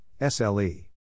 SLE